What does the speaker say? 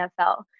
NFL